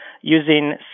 using